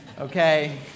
Okay